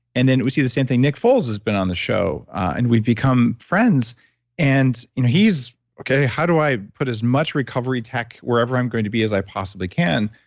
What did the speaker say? and then we see the same thing, nick foles has been on the show and we've become friends and you know he's, okay, how do i put as much recovery tech wherever i'm going to be as i possibly can,